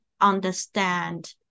understand